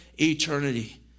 eternity